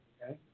Okay